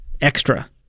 extra